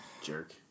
Jerk